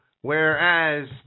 whereas